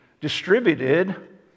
distributed